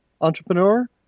entrepreneur